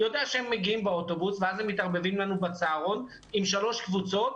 יודע שהם מגיעים באוטובוס ואז הם מתערבבים לנו בצהרון עם שלוש קבוצות,